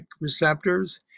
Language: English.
receptors